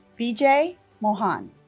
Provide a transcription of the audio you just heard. vijay mohan